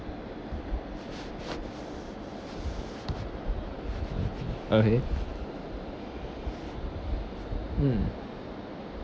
okay mm